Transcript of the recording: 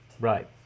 Right